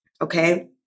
okay